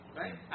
right